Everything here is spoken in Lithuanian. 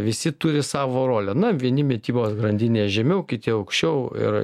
visi turi savo rolę na vieni mitybos grandinėje žemiau kiti aukščiau ir